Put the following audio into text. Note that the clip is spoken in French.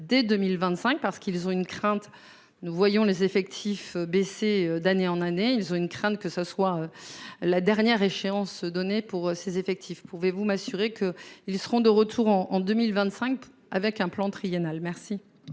dès 2025 parce qu'ils ont une crainte, nous voyons les effectifs baisser d'année en année, ils ont une crainte, que ce soit la dernière échéance donné pour ses effectifs. Pouvez-vous m'assurer que ils seront de retour en en 2025 avec un plan triennal, merci.